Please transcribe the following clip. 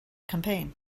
campaign